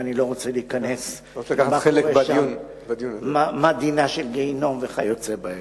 ואני לא רוצה להיכנס לשאלה מה דינה של גיהינום וכיוצא באלה.